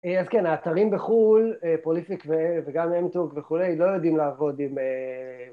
אה אז כן, האתרים בחו"ל, פרוליפיק ואלה וגם אמטורק וכולי, לא יודעים לעבוד עם אה